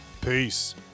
peace